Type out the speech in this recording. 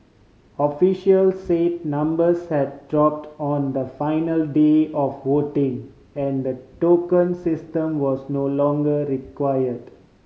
officials say numbers had dropped on the final day of voting and the token system was no longer required